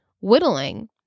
whittling